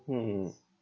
mmhmm